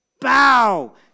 bow